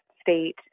state